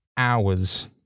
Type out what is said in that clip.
hours